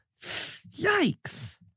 Yikes